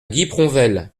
guipronvel